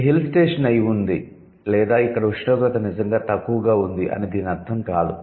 ఇది hill station అయి ఉంది లేదా ఇక్కడ ఉష్ణోగ్రత నిజంగా తక్కువగా ఉంది అని దీనర్ధం కాదు